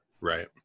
Right